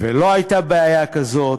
ולא הייתה בעיה כזאת,